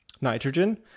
nitrogen